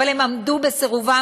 אבל הם עמדו בסירובם,